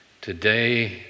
Today